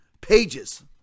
pages